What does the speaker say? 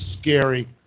scary